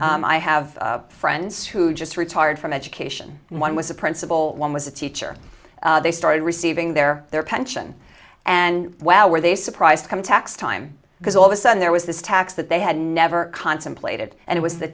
i have friends who just retired from education and one was a principal one was a teacher they started receiving their their pension and well were they surprised come tax time because all of a sudden there was this tax that they had never contemplated and it was